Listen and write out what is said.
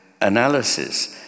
analysis